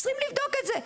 צריכים לבדוק את זה.